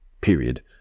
period